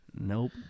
nope